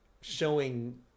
showing